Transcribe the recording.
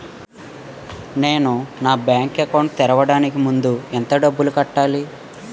నేను నా bank account తెరవడానికి ముందు ఎంత డబ్బులు కట్టాలి?